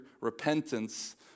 repentance